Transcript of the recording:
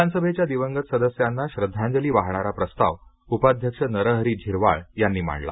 विधानसभेच्या दिवंगत सदस्यांना श्रद्धांजली वाहणारा प्रस्ताव उपाध्यक्ष नरहरी झिरवाळ यांनी मांडला